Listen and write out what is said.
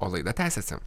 o laida tęsiasi